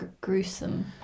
gruesome